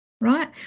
right